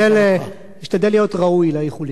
אשתדל להיות ראוי לאיחולים,